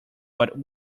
but